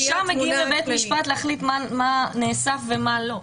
שם מגיעים לבית משפט להחליט מה נעשה ומה לא.